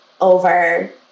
over